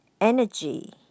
energy